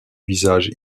visage